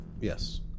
Yes